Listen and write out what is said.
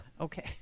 Okay